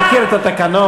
מכיר את התקנון,